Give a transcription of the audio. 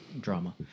drama